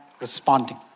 responding